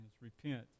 repent